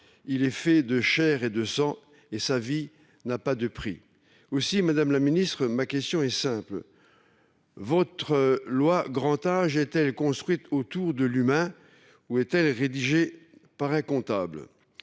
il est fait de chair et de sang. Sa vie n’a pas de prix. Madame la ministre, ma question est simple : votre réforme du grand âge est elle construite autour de l’humain ou est elle rédigée par un comptable ?